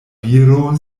viro